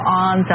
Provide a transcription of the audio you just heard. on